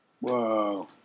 Whoa